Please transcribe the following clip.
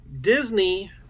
Disney